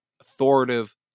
authoritative